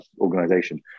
organization